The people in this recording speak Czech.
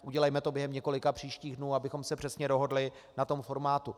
Udělejme to během několika příštích dnů, abychom se přesně dohodli na formátu.